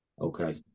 Okay